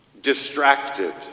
distracted